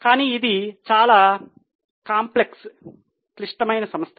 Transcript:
కానీ ఇది చాలా క్లిష్టమైన సంస్థ